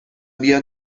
بیا